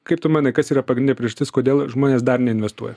kaip tu manai kas yra pagrindinė priežastis kodėl žmonės dar neinvestuoja